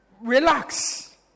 relax